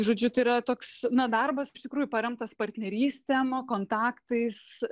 žodžiu tai yra toks na darbas iš tikrųjų paremtas partnerystėm kontaktais